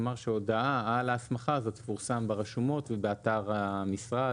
כלומר שהודעה על ההסמכה הזאת תפורסם ברשומות ובאתר המשרד.